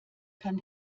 kann